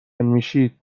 میشید